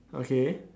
okay